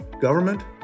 government